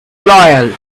loyal